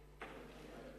יש הצבעה